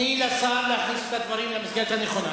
תני לשר להכניס את הדברים למסגרת הנכונה,